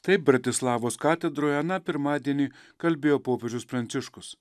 taip bratislavos katedroje aną pirmadienį kalbėjo popiežius pranciškus